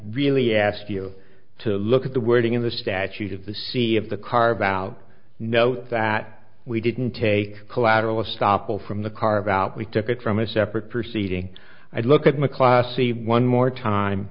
really ask you to look at the wording in the statute of the c of the car about note that we didn't take collateral estoppel from the carve out we took it from a separate proceeding i'd look at my class see one more time